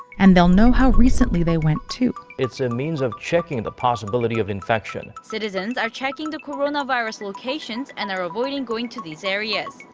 and they'll know how recently they went too. it's a means of checking the possibility of infection. citizens are checking the coronavirus locations and are avoiding going to these areas.